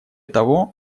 того